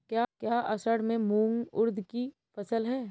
क्या असड़ में मूंग उर्द कि फसल है?